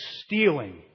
stealing